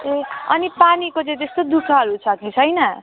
ए अनि पानीको चाहिँ त्यस्तो दुःखहरू छ कि छैन